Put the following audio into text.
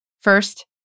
First